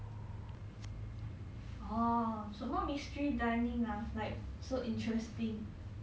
oh 什么 mystery dining ah like so interesting what what you all do